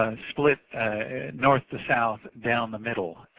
ah split north to south down the middle.